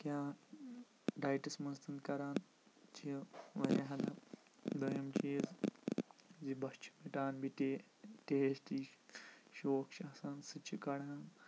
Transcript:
کیٛاہ ڈایٹَس منٛز تہِ نہٕ کَران چھِ واریاہ ہٮ۪لٕپ دوٚیِم چیٖز زِ بۄچھِ چھِ مِٹان بیٚیہِ ٹے ٹیسٹی شوق چھِ آسان سُہ تہِ چھِ کَڑان